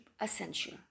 essential